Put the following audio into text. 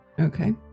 Okay